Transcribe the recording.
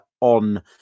on